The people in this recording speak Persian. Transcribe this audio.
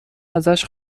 ازش